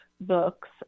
books